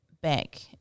back